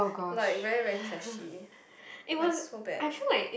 like very very trashy like so bad